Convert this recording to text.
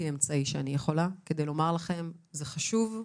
אמצעי שאני יכולה כדי לומר לכם: זה חשוב.